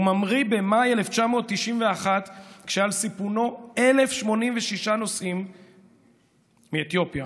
הוא ממריא במאי 1991 כשעל סיפונו 1,086 נוסעים מאתיופיה